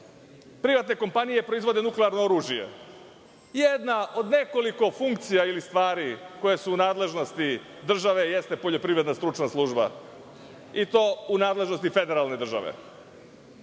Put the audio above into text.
Privatne kompanije proizvode nuklearno oružje. Jedna od nekoliko funkcija ili stvari koje su u nadležnosti države jeste poljoprivredna stručna služba, i to u nadležnosti federalne države,